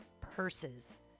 purses